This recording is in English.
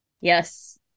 Yes